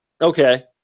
Okay